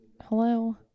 Hello